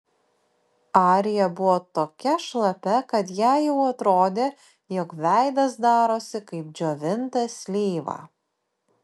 arija buvo tokia šlapia kad jai jau atrodė jog veidas darosi kaip džiovinta slyva